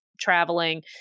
traveling